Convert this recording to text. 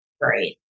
Great